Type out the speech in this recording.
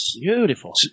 Beautiful